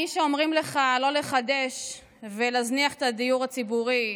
מי שאומרים לך לא לחדש ולהזניח את הדיור הציבורי,